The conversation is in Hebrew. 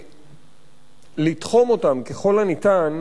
ולתחום אותן ככל הניתן,